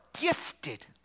gifted